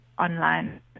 online